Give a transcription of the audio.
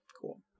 Cool